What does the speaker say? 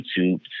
YouTube